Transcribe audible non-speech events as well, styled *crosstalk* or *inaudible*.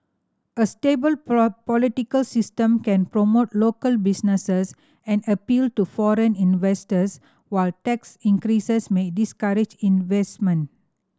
a stable *unintelligible* political system can promote local businesses and appeal to foreign investors while tax increases may discourage investment